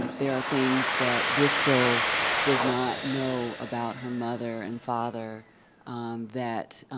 there are things that bristol does not know about her mother and father that